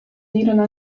unirono